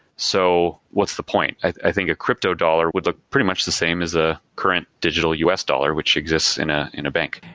so what's the point? i think a crypto dollar would look pretty much the same as the ah current digital u s. dollar which exists in a in a bank.